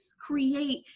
create